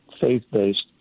faith-based